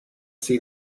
see